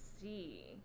see